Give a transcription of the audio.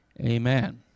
amen